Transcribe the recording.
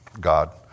God